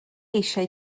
eisiau